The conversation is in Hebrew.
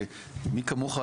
מי כמוך,